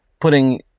putting